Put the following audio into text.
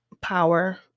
power